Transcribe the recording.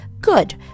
Good